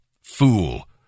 Fool